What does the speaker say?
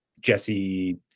Jesse